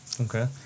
Okay